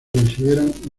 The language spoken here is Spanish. consideran